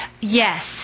Yes